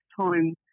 time